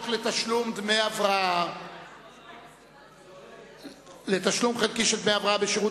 לתשלום חלקי של דמי הבראה בשירות